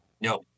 No